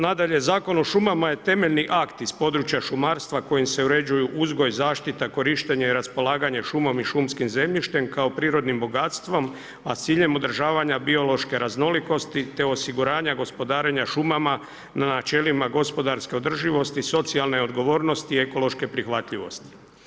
Nadalje, Zakon o šumama je temeljni akt iz područja šumarstva kojim se uređuju uzgoj, zaštita, korištenje i raspolaganje šumom i šumskim zemljištem kao prirodnim bogatstvom, a s ciljem održavanja biološke raznolikosti te osiguranja gospodarenja šumama na načelima gospodarske održivosti socijalne odgovornosti i ekološke prihvatljivosti.